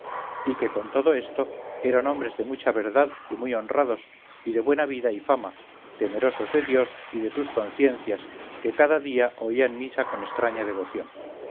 y que con todo esto eran hombres de mucha verdad y muy honrados y de buena vida y fama temerosos de dios y de sus conciencias que cada día oían misa con estraña devoción